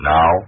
Now